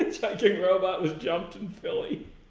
ah robot was jumped in philly.